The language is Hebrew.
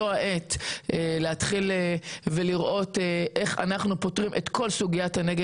זאת העת להתחיל לראות איך אנחנו פותרים את כל סוגיית הנגב